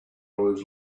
was